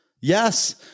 yes